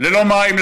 ללא מים,